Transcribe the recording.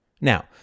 Now